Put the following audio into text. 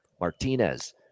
Martinez